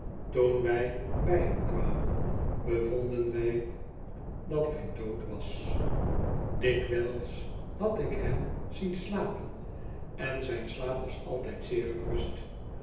toen wy by hem kwamen bevonden wij dat hy dood was dikwijls had ik hem zien slapen en zyn slaap was altyd zeer gerust